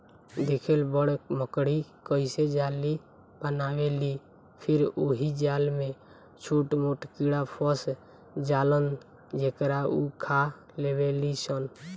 देखेल बड़ मकड़ी कइसे जाली बनावेलि फिर ओहि जाल में छोट मोट कीड़ा फस जालन जेकरा उ खा लेवेलिसन